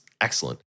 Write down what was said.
excellent